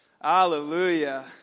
Hallelujah